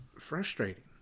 frustrating